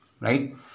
right